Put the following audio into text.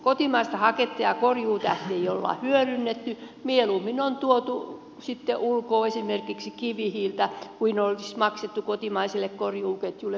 kotimaista haketta ja korjuujätettä ei ole hyödynnetty mieluummin on tuotu sitten ulkoa esimerkiksi kivihiiltä kuin olisi maksettu kotimaiselle korjuuketjulle pientä bonusta